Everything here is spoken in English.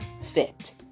Fit